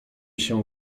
się